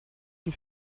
sie